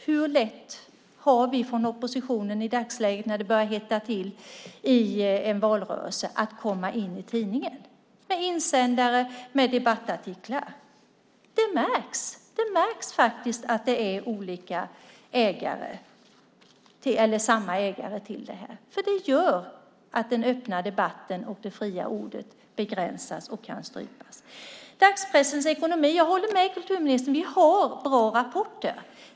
Hur lätt har vi från oppositionen i dagsläget när det börjar hetta till i en valrörelse att komma med i tidningen med insändare eller debattartiklar? Det märks att det är samma ägare. Det gör att den öppna debatten och det fria ordet begränsas och kan strypas. Sedan var det frågan om dagspressens ekonomi. Jag håller med kulturministern om att det finns bra rapporter.